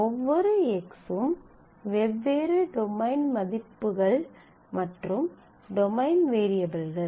ஒவ்வொரு x ம் வெவ்வேறு டொமைன் மதிப்புகள் மற்றும் டொமைன் வேரியபிள்கள்